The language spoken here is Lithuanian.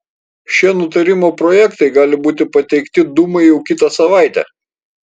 šie nutarimo projektai gali būti pateikti dūmai jau kitą savaitę